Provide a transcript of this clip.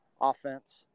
offense